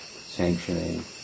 sanctioning